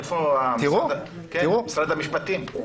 איפה משרד המשפטים?